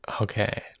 okay